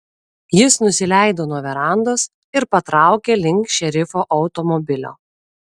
jis nusileido nuo verandos ir patraukė link šerifo automobilio